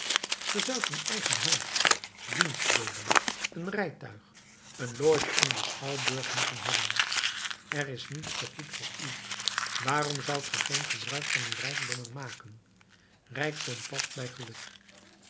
een eigen huis dienstboden een rijtuig een loge in den schouwburg moeten hebben er is niets te goed voor u waarom zoudt ge geen gebruik van uw rijkdom maken rijkdom past bij geluk